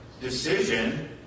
decision